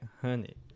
honey